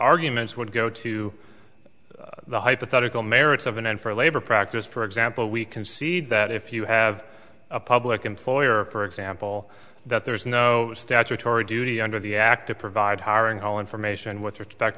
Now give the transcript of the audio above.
arguments would go to the hypothetical merits of an end for labor practice for example we concede that if you have a public employer for example that there is no statutory duty under the act to provide hiring hall information with respect